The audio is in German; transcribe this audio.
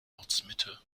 ortsmitte